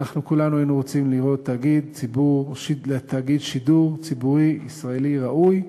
אנחנו כולנו היינו רוצים לראות תאגיד שידור ציבורי ישראלי ראוי,